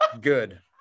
good